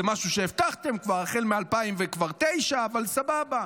זה משהו שהבטחתם כבר החל ב-2009 אבל סבבה.